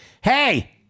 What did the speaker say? Hey